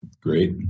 great